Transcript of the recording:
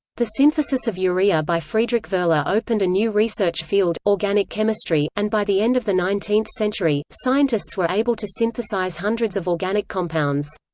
the synthesis of urea by friedrich wohler opened a new research field, organic chemistry, and by the end of the nineteenth century, scientists were able to synthesize hundreds of organic compounds.